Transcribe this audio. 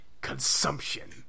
Consumption